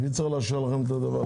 מי צריך לאשר לכם את זה?